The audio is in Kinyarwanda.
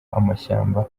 amashyamba